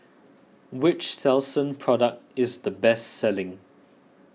which Selsun product is the best selling